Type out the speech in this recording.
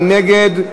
מי נגד?